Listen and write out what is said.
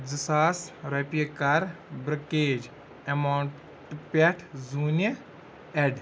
زٕ ساس رۄپیہِ کَر بروکریج ایماونٹہٕ پٮ۪ٹھ زوٗنہِ ایڈ